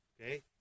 Okay